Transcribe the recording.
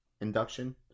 induction